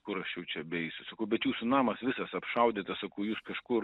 kur aš jau čia beeisiu sakau bet jūsų namas visas apšaudytas sakau jūs kažkur